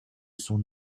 son